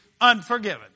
unforgiven